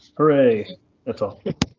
hurray that's all.